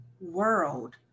world